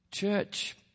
Church